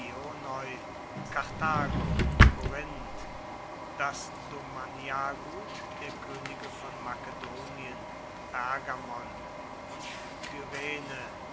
das domanialgut der könige von makedonien pergamon und